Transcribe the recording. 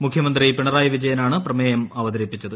മുഖ്യമന്ത്രി പിണറായി വിജയനാണ് പ്രമേയം അവതരിപ്പിച്ചത്